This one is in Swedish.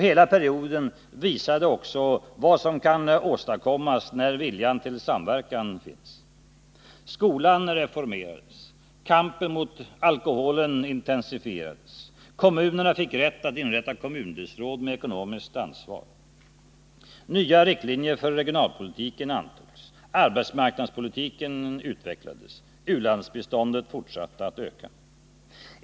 Hela perioden visade också vad som kan åstadkommas, när viljan till samverkan finns. Skolan reformerades. Kampen mot alkoholen intensifierades. Kommunerna fick rätt att inrätta kommundelsråd med ekonomiskt ansvar. Nya riktlinjer för regionalpolitiken antogs. Arbetsmarknadspolitiken utvecklades. U-landsbiståndet fortsatte att öka.